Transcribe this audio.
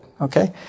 okay